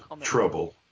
trouble